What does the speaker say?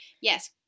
Yes